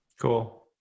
Cool